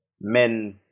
men